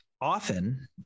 often